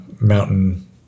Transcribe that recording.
mountain